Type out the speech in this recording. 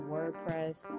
WordPress